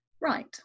right